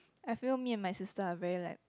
I feel me and my sister are very like